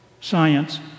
science